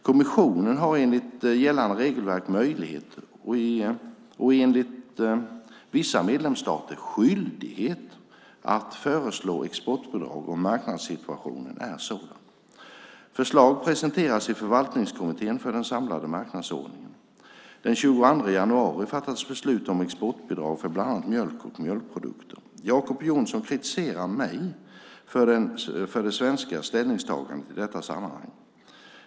Kommissionen har enligt gällande regelverk möjlighet, och enligt vissa medlemsstater skyldighet, att föreslå exportbidrag om marknadssituationen är sådan. Förslag presenteras i förvaltningskommittén för den samlade marknadsordningen. Den 22 januari fattades beslut om exportbidrag för bland annat mjölk och mjölkprodukter. Jacob Johnson kritiserar mig för det svenska ställningstagandet i detta sammanhang.